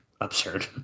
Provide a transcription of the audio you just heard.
absurd